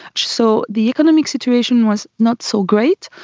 so the economic situation was not so great.